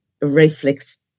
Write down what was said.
reflex